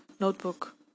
notebook